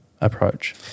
approach